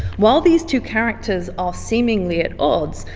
while these two characters are seemingly at odds,